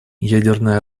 ядерное